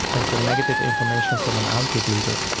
and for negative information from an out-group leader.